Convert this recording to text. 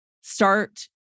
start